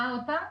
מה אמרת?